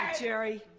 jerry,